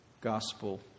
gospel